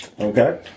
Okay